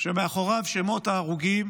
שמאחוריו שמות ההרוגים,